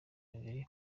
bibiri